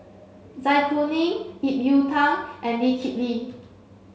Zai Kuning Ip Yiu Tung and Lee Kip Lee